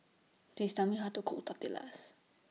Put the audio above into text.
Please Tell Me How to Cook Tortillas